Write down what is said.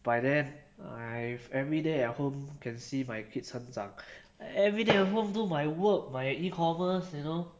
by then I everyday at home can see my kids 成长 everyday at home do my work my E commerce you know and so coffee land by then you are okay already okay